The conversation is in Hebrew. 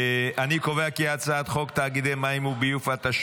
אני קובע כי הצעת חוק תאגידי מים וביוב (תיקון מס' 17),